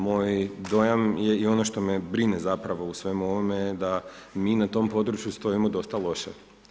Moj dojam je i ono što me brine zapravo u svemu ovome, da mi na tom području, stojimo dosta loše.